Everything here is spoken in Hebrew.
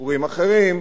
דיבורים אחרים,